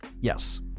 yes